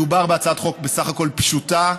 מדובר בהצעת חוק בסך הכול פשוטה,